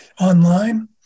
online